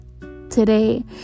today